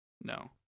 No